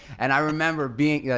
and i remember being,